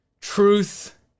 Truth